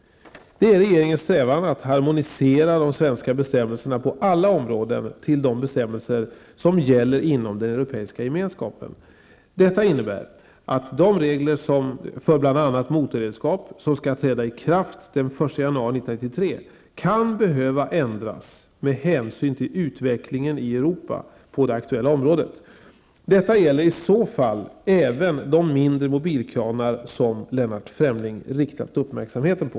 Det är regeringens strävan att harmonisera de svenska bestämmelserna på alla områden till de bestämmelser som gäller inom den Europeiska gemenskapen. Detta innebär att de regler för bl.a. 1993 kan behöva ändras med hänsyn till utvecklingen i Europa på det aktuella området. Detta gäller i så fall även de mindre mobilkranar som Lennart Fremling riktat uppmärksamheten på.